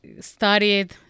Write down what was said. studied